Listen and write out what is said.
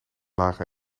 lage